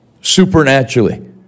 supernaturally